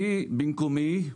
במקומי,